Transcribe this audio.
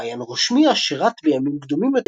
אותו מעיין רושמיה שירת בימים קדומים